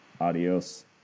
Adios